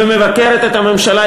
ומבקרת את הממשלה,